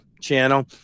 channel